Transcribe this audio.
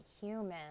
human